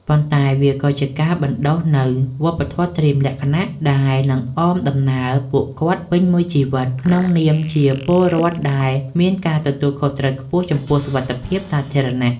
ប៉ុន្តែវាក៏ជាការបណ្ដុះនូវ វប្បធម៌ត្រៀមលក្ខណៈ ដែលនឹងអមដំណើរពួកគាត់ពេញមួយជីវិត ក្នុងនាមជាពលរដ្ឋដែលមានការទទួលខុសត្រូវខ្ពស់ចំពោះសុវត្ថិភាពសាធារណៈ។